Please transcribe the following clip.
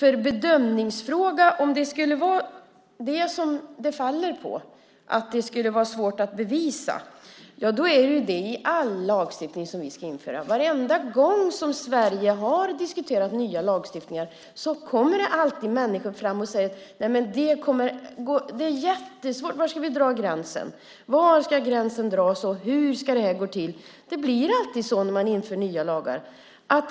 Om bedömningen faller på att det är svårt att bevisa - då är det så i all lagstiftning vi ska införa. Varje gång man i Sverige diskuterar nya lagstiftningar finns det alltid människor som frågar var gränsen ska dras. Var ska gränsen dras, och hur ska det gå till? Det blir alltid så när nya lagar införs.